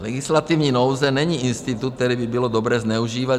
Legislativní nouze není institut, který by bylo dobré zneužívat.